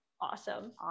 Awesome